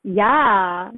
ya